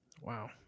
Wow